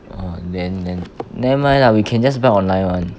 then then nevermind lah we can just buy online [one]